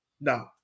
No